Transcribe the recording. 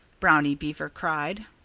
brownie beaver cried.